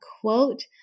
quote